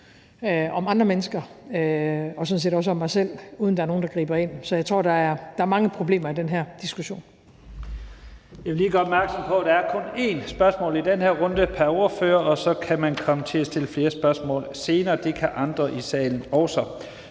om andre mennesker og sådan set også om mig selv, uden at der er nogen, der griber ind. Så jeg tror, der er mange problemer i den her diskussion.